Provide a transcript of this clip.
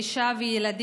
אישה וילד.